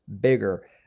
bigger